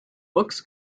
books